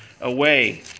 away